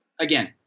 again